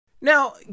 Now